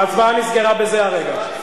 ההצבעה נסגרה בזה הרגע.